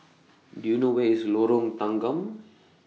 Do YOU know Where IS Lorong Tanggam